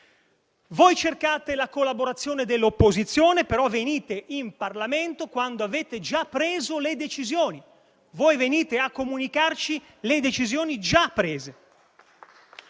Voi cercate la collaborazione dell'opposizione, però venite in Parlamento quando avete già preso le decisioni; voi venite a comunicarci le decisioni già prese.